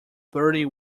bertie